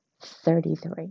Thirty-three